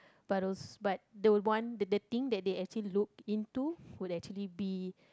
but but the one the thing that they actually look into would actually be